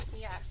Yes